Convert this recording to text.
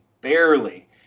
barely